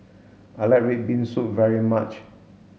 I like red bean soup very much